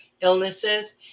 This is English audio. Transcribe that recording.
illnesses